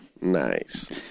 Nice